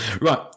Right